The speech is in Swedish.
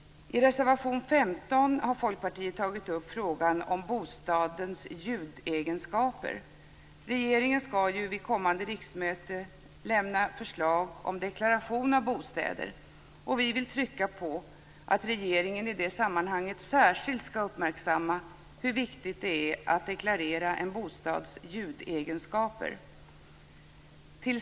I reservation 15 tar Folkpartiet upp frågan om bostadens ljudegenskaper. Regeringen skall ju vid kommande riksmöte lämna förslag om deklaration av bostäder. Vi vill trycka på att regeringen i det sammanhanget särskilt skall uppmärksamma hur viktigt det är att deklarera en bostads ljudegenskaper.